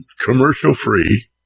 commercial-free